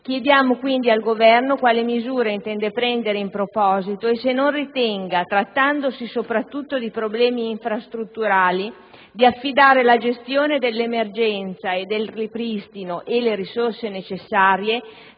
Chiediamo quindi al Governo di conoscere quali misure intende prendere in proposito e se non ritenga, trattandosi soprattutto di problemi infrastrutturali, di affidare la gestione dell'emergenza e del ripristino e le risorse necessarie